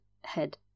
head